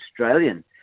Australian